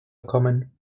kommen